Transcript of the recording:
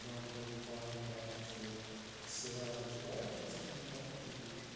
John Deere Farmtrac چھِ سِوراج چھُ واریاہ قٕسمٕکہِ ٹرٛیکٹَر چھُس بہٕ وٕچھان